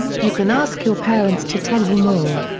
you can ask your parents to tell you more.